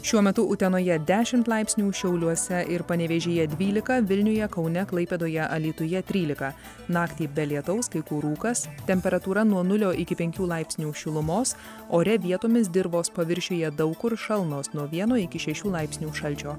šiuo metu utenoje dešimt laipsnių šiauliuose ir panevėžyje dvylika vilniuje kaune klaipėdoje alytuje trylika naktį be lietaus kai kur rūkas temperatūra nuo nulio iki penkių laipsnių šilumos ore vietomis dirvos paviršiuje daug kur šalnos nuo vieno iki šešių laipsnių šalčio